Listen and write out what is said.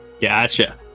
Gotcha